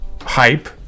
hype